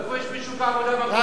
איפה יש בשוק העבודה מקום לחרדים?